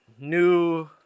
New